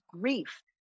grief